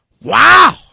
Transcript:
Wow